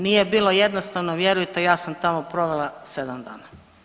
Nije bilo jednostavno vjerujte, ja sam tamo provela sedam dana.